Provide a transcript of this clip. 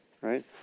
Right